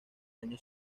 año